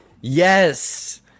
Yes